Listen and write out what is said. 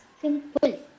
Simple